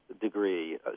degree